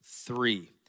Three